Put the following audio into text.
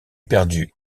perdu